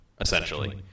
essentially